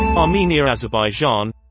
Armenia-Azerbaijan